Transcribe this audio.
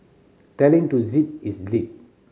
tell him to zip his lip